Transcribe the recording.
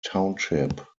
township